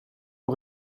nog